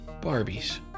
Barbies